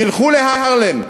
תלכו להארלם,